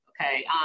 Okay